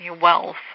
wealth